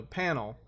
panel